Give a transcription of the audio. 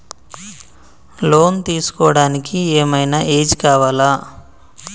Loan తీస్కోవడానికి ఏం ఐనా ఏజ్ కావాలా?